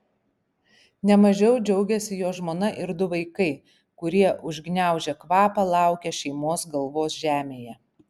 ne mažiau džiaugėsi jo žmona ir du vaikai kurie užgniaužę kvapą laukė šeimos galvos žemėje